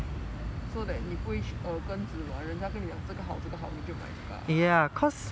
so that 你不会跟人家跟你讲这个好这个好你就买这个 ah